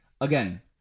Again